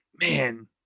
man